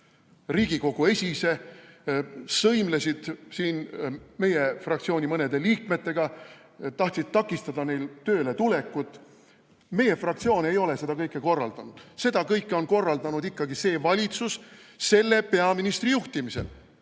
Riigikogu esise, sõimlesid siin meie fraktsiooni mõnede liikmetega, tahtsid takistada neil tööle tulekut. Meie fraktsioon ei ole seda kõike korraldanud. Seda kõike on korraldanud ikkagi see valitsus selle peaministri juhtimisel